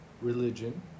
religion